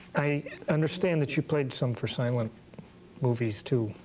i understand that you played some for silent movies too,